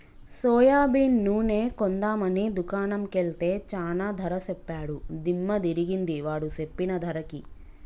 soybean నూనె కొందాం అని దుకాణం కెల్తే చానా ధర సెప్పాడు దిమ్మ దిరిగింది వాడు సెప్పిన ధరకి